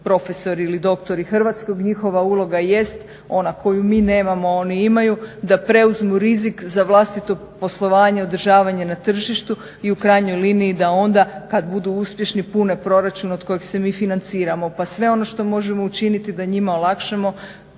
profesori ili doktori hrvatskog. Njihova uloga jest ona koju mi nemamo, a oni imaju, da preuzmu rizik za vlastito poslovanje, održavanje na tržištu i u krajnjoj liniji da onda kad budu uspješni pune proračun od kojeg se mi financiramo. Pa sve ono što možemo učiniti da njima olakšamo